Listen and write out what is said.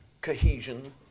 cohesion